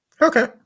Okay